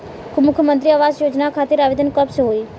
मुख्यमंत्री आवास योजना खातिर आवेदन कब से होई?